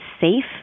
safe